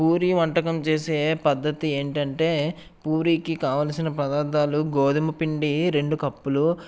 పూరి వంటకం చేసే పద్ధతి ఏంటి అంటే పూరికి కావలసిన పదార్థాలు గోధుమపిండి రెండు కప్పులు